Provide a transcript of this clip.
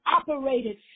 operated